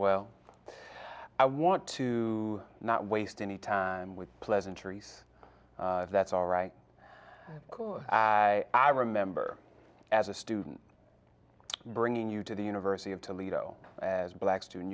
well i want to not waste any time with pleasantries that's all right because i i remember as a student bringing you to the university of toledo as a black student